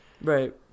Right